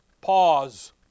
pause